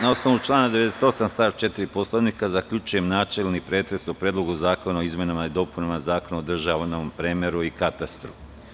Na osnovu člana 98. stav 4. Poslovnika zaključujem načelni pretres o Predlogu zakona o izmenama i dopunama Zakona o državnom premeru i katastru.